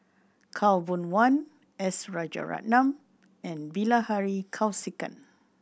Khaw Boon Wan S Rajaratnam and Bilahari Kausikan